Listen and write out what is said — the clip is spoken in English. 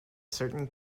certain